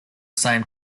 same